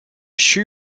shoe